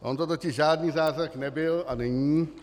On to totiž žádný zázrak nebyl a není.